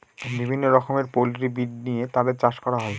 বিভিন্ন রকমের poultry breed নিয়ে তাদের চাষ করা হয়